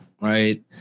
right